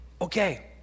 Okay